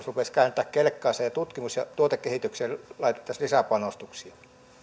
rupeaisi kääntämään kelkkaansa ja tutkimus ja tuotekehitykseen laitettaisiin lisäpanostuksia